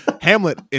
Hamlet